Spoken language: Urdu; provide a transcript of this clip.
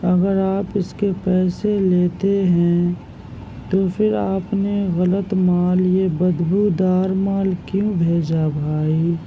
اگر آپ اس کے پیسے لیتے ہیں تو پھر آپ نے غلط مال یہ بدبودار مال کیوں بھیجا بھائی